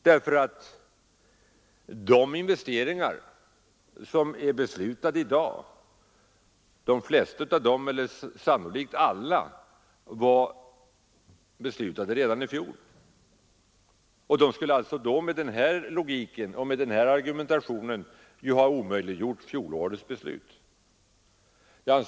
För de flesta av de investeringar som är beslutade i dag var sannolikt alla beslutade redan i fjol. Med den här logiken och argumentationen skulle fjolårets beslut omöjliggjorts.